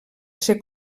ser